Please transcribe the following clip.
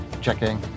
Checking